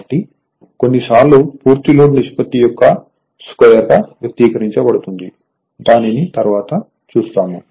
కాబట్టి కొన్నిసార్లు పూర్తి లోడ్ నిష్పత్తి యొక్క స్క్వేర్ గా వ్యక్తీకరించబడుతుంది దానిని తరువాత చూస్తాము